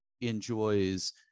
enjoys